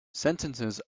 sentences